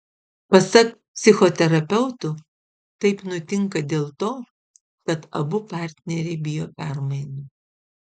pasak psichoterapeutų taip nutinka dėl to kad abu partneriai bijo permainų